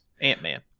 Ant-Man